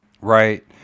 right